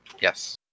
Yes